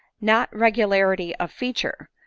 not regularity of feature,